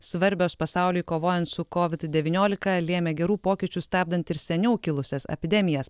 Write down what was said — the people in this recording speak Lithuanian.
svarbios pasauliui kovojant su kovid devyniolika lėmė gerų pokyčių stabdant ir seniau kilusias epidemijas